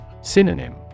Synonym